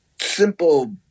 simple